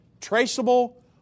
traceable